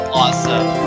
awesome